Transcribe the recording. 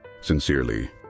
Sincerely